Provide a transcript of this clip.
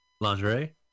Lingerie